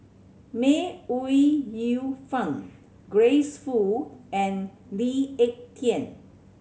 May Ooi Yu Fen Grace Fu and Lee Ek Tieng